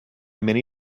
many